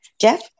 Jeff